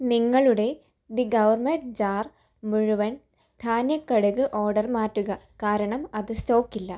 നിങ്ങളുടെ the gourmet jar മുഴുവൻ ധാന്യ കടുക് ഓഡർ മാറ്റുക കാരണം അത് സ്റ്റോക്കില്ല